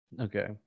okay